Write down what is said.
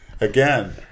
Again